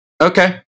Okay